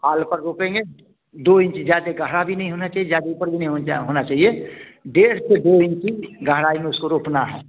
हल पर रोपेंगे दो इंच ज़्यादा गहरा भी नहीं होना चाहिए ज़्यादा ऊपर भी नहीं होना होना चाहिए डेढ़ से दो इंच की गहराई में उसको रोपना है